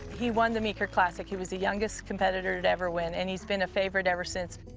he won the meeker classic, he was the youngest competitor to ever win, and he's been a favorite ever since.